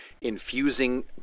infusing